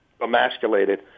emasculated